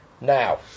now